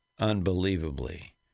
unbelievably